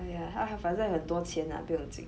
yeah 他反正很多钱啊不用经